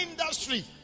industry